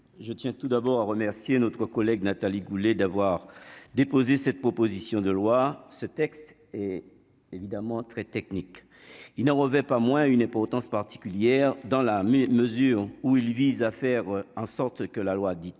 je tiens tout d'abord à remercier notre collègue Nathalie Goulet d'avoir déposé cette proposition de loi, ce texte est évidemment très technique, il n'en revêt pas moins une importance particulière dans la mesure où il vise à faire en sorte que la loi dite